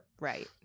right